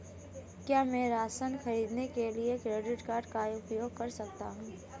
क्या मैं राशन खरीदने के लिए क्रेडिट कार्ड का उपयोग कर सकता हूँ?